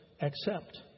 accept